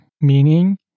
meaning